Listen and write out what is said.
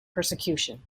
persecution